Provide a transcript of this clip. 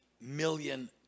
million